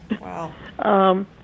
Wow